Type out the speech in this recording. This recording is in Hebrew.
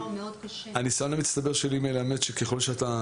--- ככל שאתה